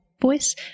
voice